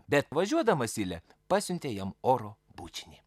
bet važiuodama silė pasiuntė jam oro bučinį